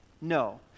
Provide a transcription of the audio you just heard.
No